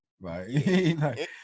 Right